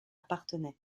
parthenay